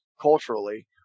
culturally